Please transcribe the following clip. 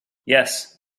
yes